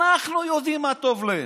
אנחנו יודעים מה טוב להם,